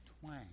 twang